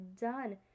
done